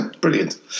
Brilliant